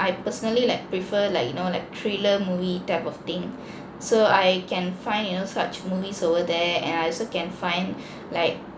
I personally like prefer like you know like thriller movie type of thing so I can find you know such movies over there and I also can find like